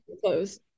Close